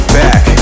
back